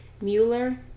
Mueller